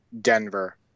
Denver